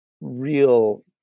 real